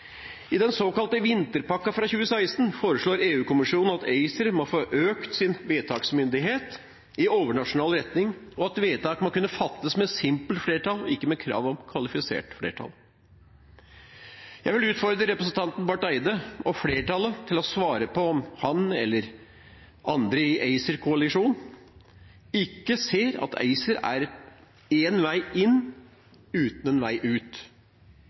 I den såkalte vinterpakken fra 2016 foreslår EU-kommisjonen at ACER må få økt sin vedtaksmyndighet i overnasjonal retning, og at vedtak må kunne fattes med simpelt flertall, ikke med krav om kvalifisert flertall. Jeg vil utfordre representanten Barth Eide og flertallet til å svare på om han eller andre i ACER-koalisjonen ikke ser at ACER er én vei inn uten en vei ut,